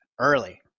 early